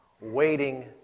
waiting